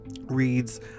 reads